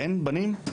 אין בנים?